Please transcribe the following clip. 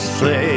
say